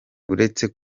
uretse